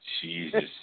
Jesus